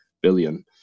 billion